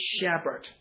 shepherd